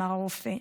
אמר הרופא.